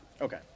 Okay